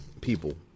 people